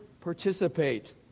participate